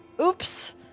Oops